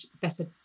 better